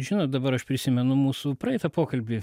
žinot dabar aš prisimenu mūsų praeitą pokalbį